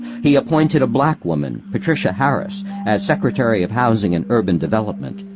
he appointed a black woman, patricia harris, as secretary of housing and urban development,